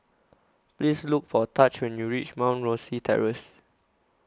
Please Look For Taj when YOU REACH Mount Rosie Terrace